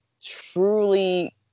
truly